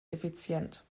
effizient